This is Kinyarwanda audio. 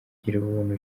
girubuntu